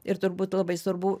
ir turbūt labai svarbu